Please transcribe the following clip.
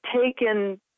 taken